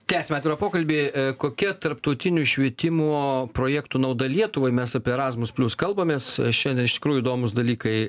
tęsiame pokalbį kokia tarptautinių švietimo projektų nauda lietuvai mes apie erasmus plius kalbamės šiandien iš tikrųjų įdomūs dalykai